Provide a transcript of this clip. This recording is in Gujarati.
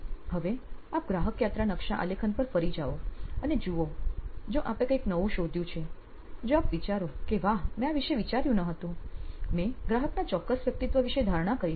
હવે આપ ગ્રાહક યાત્રા નકશા આલેખન પર ફરી જાઓ અને જુઓ જો આપે કઈંક નવું શોધ્યું છે જો આપ વિચારો કે "વાહ મેં આ વિશે વિચાર્યું ન હતું મેં ગ્રાહકના ચોક્કસ વ્યક્તિત્વ વિષે ધારણા કરી હતી